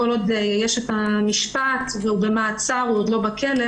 כל עוד יש את המשפט והוא במעצר, הוא עוד לא בכלא.